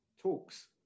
talks